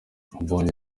mbonye